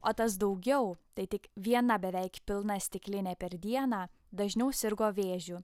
o tas daugiau tai tik viena beveik pilna stiklinė per dieną dažniau sirgo vėžiu